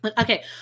Okay